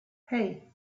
hei